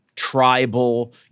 Tribal